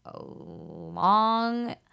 long